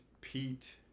Pete